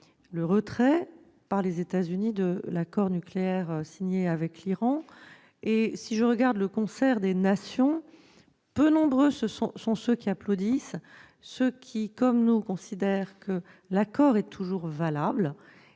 le retrait des États-Unis de l'accord nucléaire signé avec l'Iran. Et, dans le concert des nations, peu nombreux sont ceux qui applaudissent. Ceux qui, comme nous, considèrent que l'accord reste valable